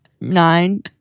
nine